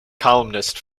columnist